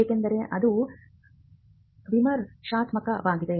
ಏಕೆಂದರೆ ಅದು ವಿಮರ್ಶಾತ್ಮಕವಾಗಿದೆ